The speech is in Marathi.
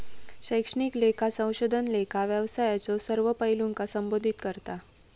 शैक्षणिक लेखा संशोधन लेखा व्यवसायाच्यो सर्व पैलूंका संबोधित करता